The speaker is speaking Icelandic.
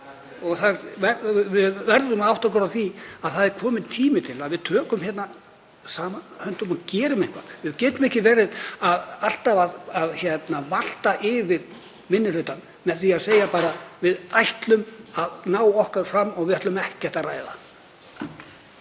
dag. Við verðum að átta okkur á því að það er kominn tími til að við tökum hérna saman höndum og gerum eitthvað. Við getum ekki alltaf verið að valta yfir minni hlutann með því að segja bara: Við ætlum að ná okkar fram og við ætlum ekkert að ræða.